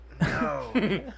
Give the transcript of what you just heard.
No